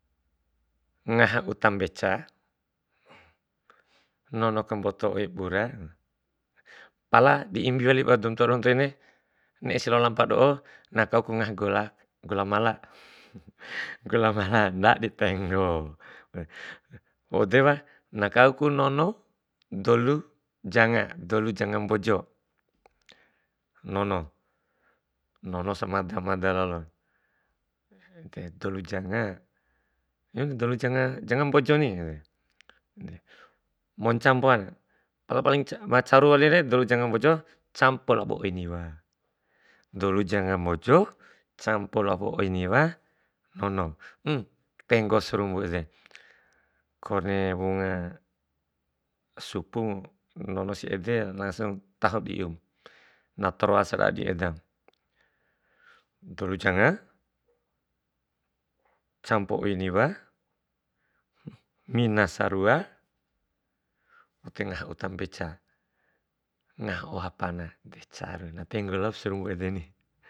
Ngaha uta mbeca, nono ka mboto oi bura, pala di imbi wali ba doum tua doho toine ne'esi lao lampa do'o, na kauku ngaha gola, gola mala gola mala, ndadi tenggo. Wau depa na kauku nono dolu jangan, dolu janga mbojo, nono nono samada mada lalonya dolu janga dulu janga, janga mbojo ni monca mpoan. Pala paling ma caru walire dolu janga mbojo campo labo oi niwani, dulo janga mbojo campo labo oi niwa nono, emm tenggo sarumbu ede, koni wunga supumu nono si ede na taho di ium na taroa sara'a di edam. Tolo janga campo oi niwa, mina sarua, ede ngaha uta mbeca, ngaha oha pana decarue, na tenggo lalop sarumbu edeni.